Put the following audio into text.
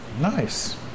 Nice